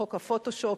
"חוק ה'פוטושופ'",